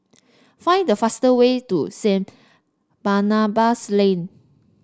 find the fastest way to Saint Barnabas Lane